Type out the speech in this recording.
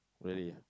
really